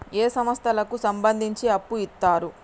ఏ సంస్థలకు సంబంధించి అప్పు ఇత్తరు?